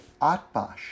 Atbash